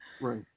right